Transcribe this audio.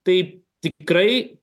tai tikrai